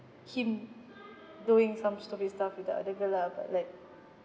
him doing some stupid stuff with the other girl lah but like